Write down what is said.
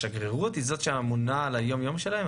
השגרירות היא זו שאמונה על היום יום שלהם?